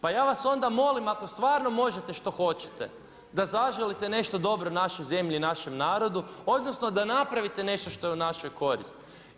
Pa ja vas onda molim ako stvarno možete što hoćete da zaželite nešto dobro našoj zemlji i našem narodu, odnosno da napravite nešto što je u našoj koristi.